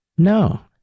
No